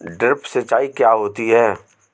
Drip सिंचाई क्या होती हैं?